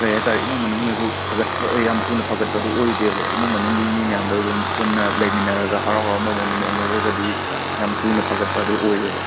ꯀꯩ ꯍꯥꯏ ꯇꯥꯔꯦ ꯏꯃꯨꯡ ꯃꯅꯨꯡꯅꯁꯨ ꯐꯒꯠꯄ ꯑꯦ ꯌꯥꯝ ꯊꯨꯅ ꯐꯒꯠꯄꯗꯨ ꯑꯣꯏꯗꯦꯕ ꯏꯃꯨꯡ ꯃꯅꯨꯡꯒꯤ ꯃꯤ ꯃꯌꯥꯝꯗ ꯑꯗꯨꯝ ꯄꯨꯟꯅ ꯂꯩꯃꯤꯅꯔꯒ ꯍꯔꯥꯎ ꯍꯔꯥꯎ ꯃꯣꯃꯣꯟ ꯃꯤꯅꯣꯛ ꯅꯣꯛꯂꯒꯗꯤ ꯌꯥꯝ ꯊꯨꯅ ꯐꯒꯠꯄꯗꯣ ꯑꯣꯏꯌꯦꯕ